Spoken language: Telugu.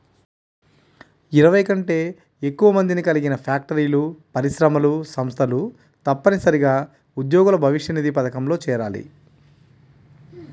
ఇరవై కంటే ఎక్కువ మందిని కలిగిన ఫ్యాక్టరీలు, పరిశ్రమలు, సంస్థలు తప్పనిసరిగా ఉద్యోగుల భవిష్యనిధి పథకంలో చేరాలి